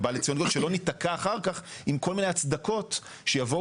שלא ניתקע אחר כך עם כל מיני הצדקות שיבואו